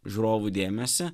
žiūrovų dėmesį